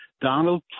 Donald